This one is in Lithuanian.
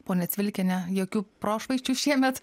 ponia civilkiene jokių prošvaisčių šiemet